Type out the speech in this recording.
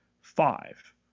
Five